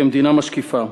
כמדינה משקיפה.